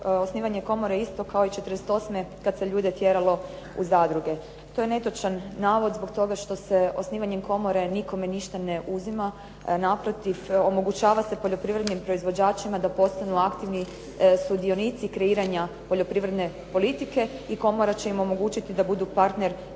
osnivanje komore isto kao i '48. kad se ljude tjeralo u zadruge. To je netočan navod zbog toga što se osnivanjem komore nikome ništa ne uzima. Naprotiv, omogućava se poljoprivrednim proizvođačima da postanu aktivni sudionici kreiranja poljoprivredne politike i komora će im omogućiti da budu partner